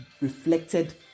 reflected